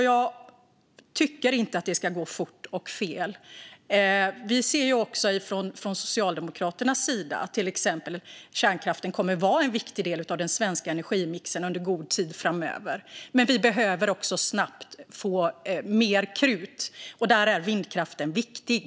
Jag tycker inte att det ska gå fort och fel. Vi socialdemokrater anser att kärnkraften kommer att vara en viktig del av den svenska energimixen under en god tid framöver, men vi behöver också snabbt få mer krut. Där är vindkraften viktig.